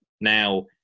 Now